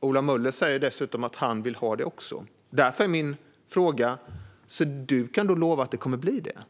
Ola Möller säger dessutom att han också vill ha det. Därför är min fråga till dig, Ola Möller: Kan du alltså lova att det kommer att bli så?